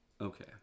Okay